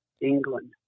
England